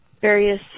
various